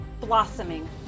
blossoming